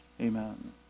Amen